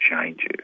changes